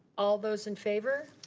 all those in favor?